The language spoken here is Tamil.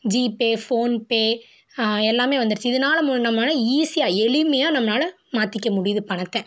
ஜிபே ஃபோன்பே எல்லாமே வந்துடுச்சு இதனால மு நம்மளால் ஈஸியாக எளிமையாக நம்மளால் மாற்றிக்க முடியுது பணத்தை